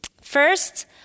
First